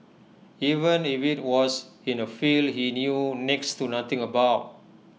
even if IT was in A field he knew next to nothing about